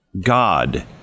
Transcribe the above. God